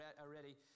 already